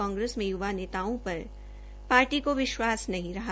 कांग्रेस में युवा नेताओं पर पार्टी को विश्वास नहीं रहा